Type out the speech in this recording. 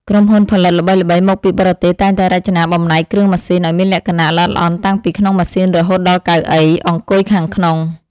ក្រុមហ៊ុនផលិតល្បីៗមកពីបរទេសតែងតែរចនាបំណែកគ្រឿងម៉ាស៊ីនឱ្យមានលក្ខណៈល្អិតល្អន់តាំងពីក្នុងម៉ាស៊ីនរហូតដល់កៅអីអង្គុយខាងក្នុង។